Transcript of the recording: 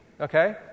okay